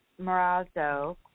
Morazzo